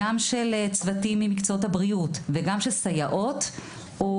גם של צוותים ממקצועות הבריאות וגם של סייעות הוא